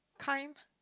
kind